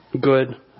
good